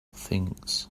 things